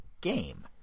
game